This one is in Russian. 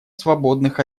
свободных